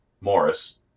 Morris